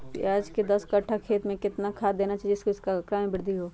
प्याज के दस कठ्ठा खेत में कितना खाद देना चाहिए जिससे उसके आंकड़ा में वृद्धि हो?